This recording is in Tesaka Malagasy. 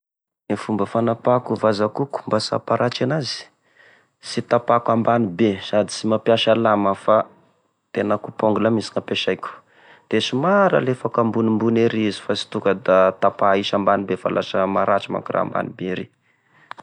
E fomba fanapahako e vazakohoko mba sy haparatry anazy sy tapako ambany be, sady sy mapiasa lamy aho fa tena coupe ongle mihisy gn'ampesaiko, de somary alefako ambonimbony ery izy, fa sy tonga da tapa aisy ambany be fa lasa maratry manko raha ambany be ery.